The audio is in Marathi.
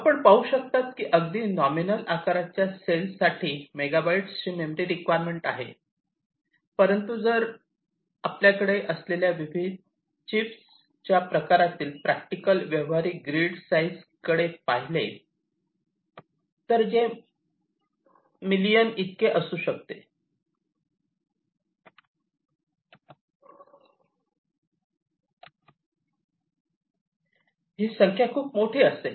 आपण पाहू शकता की अगदी नॉमिनल आकाराच्या सेल साठी मेगाबाइट्सची मेमरी रिक्वायरमेंट आहे परंतु जर आपण आपल्याकडे असलेल्या विविध चिप्सच्या प्रकारातील प्रॅक्टिकल व्यावहारिक ग्रीड साइज कडे पाहिले तर जे मिलियन इतके असू शकते ही संख्या खूप मोठी असेल